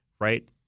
right